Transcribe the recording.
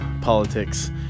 politics